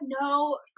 no